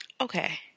Okay